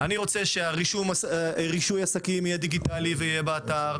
אני רוצה שהרישוי עסקים יהיה דיגיטלי ויהיה באתר,